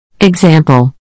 Example